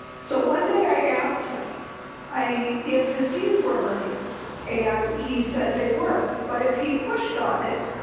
so one day i asked him i, if his teeth were hurting and he said they were, but if he pushed on it,